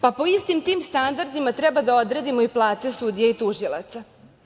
Pa po istim tim standardima treba da odredimo i plate sudija i tužilaca.